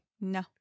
No